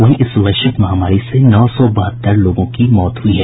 वहीं इस वैश्विक महामारी से नौ सौ बहत्तर लोगों की मौत हुई है